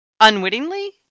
unwittingly